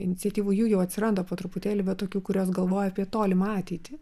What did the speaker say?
iniciatyvų jų jau atsiranda po truputėlį va tokių kurios galvoja apie tolimą ateitį